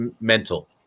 mental